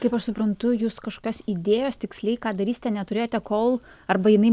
kaip aš suprantu jūs kažkokios idėjos tiksliai ką darysite neturėjote kol arba jinai